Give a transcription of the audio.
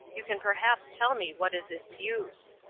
you can perhaps tell me what is its use.